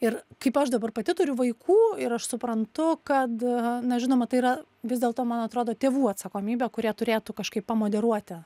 ir kaip aš dabar pati turiu vaikų ir aš suprantu kad na žinoma tai yra vis dėlto man atrodo tėvų atsakomybė kurie turėtų kažkaip pamoderuoti